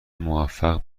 موفق